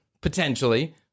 potentially